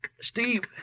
Steve